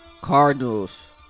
Cardinals